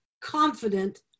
confident